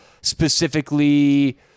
specifically